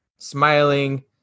smiling